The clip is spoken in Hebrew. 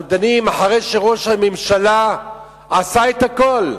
אנחנו דנים אחרי שראש הממשלה עשה את הכול,